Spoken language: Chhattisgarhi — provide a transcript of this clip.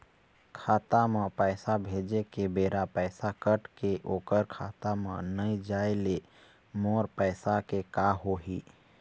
खाता म पैसा भेजे के बेरा पैसा कट के ओकर खाता म नई जाय ले मोर पैसा के का होही?